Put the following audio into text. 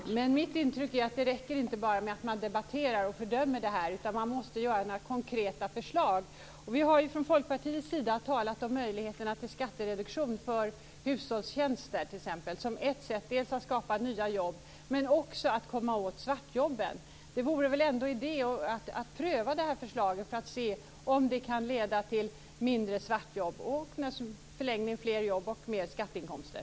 Herr talman! Mitt intryck är att det inte räcker med att bara debattera och fördöma detta. Man måste komma med konkreta förslag. Vi har från Folkpartiets sida talat om möjligheterna till skattereduktion för hushållstjänster t.ex. som ett sätt att dels skapa nya jobb, dels komma åt svartjobben. Det vore väl ändå idé att pröva förslaget för att se om det kunde leda till mindre svartjobb och naturligtvis i förlängningen fler jobb och mer skatteinkomster.